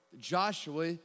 Joshua